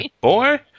Boy